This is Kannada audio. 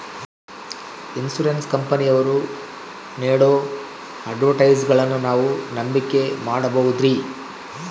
ಇನ್ಸೂರೆನ್ಸ್ ಕಂಪನಿಯವರು ನೇಡೋ ಅಡ್ವರ್ಟೈಸ್ಮೆಂಟ್ಗಳನ್ನು ನಾವು ನಂಬಿಕೆ ಮಾಡಬಹುದ್ರಿ?